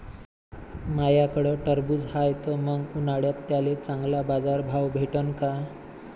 माह्याकडं टरबूज हाये त मंग उन्हाळ्यात त्याले चांगला बाजार भाव भेटन का?